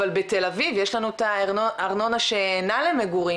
אבל בתל אביב יש לנו את הארנונה שאינה למגורים,